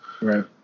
right